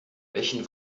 welchen